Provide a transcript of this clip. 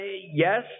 Yes